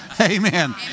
Amen